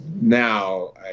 now